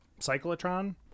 cyclotron